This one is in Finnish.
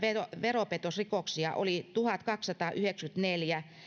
veropetosrikoksia oli tuhatkaksisataayhdeksänkymmentäneljä